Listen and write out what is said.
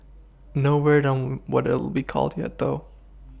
no word on what it'll be called yet though